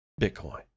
Bitcoin